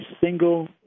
single